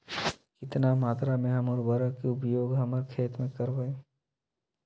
कितना मात्रा में हम उर्वरक के उपयोग हमर खेत में करबई?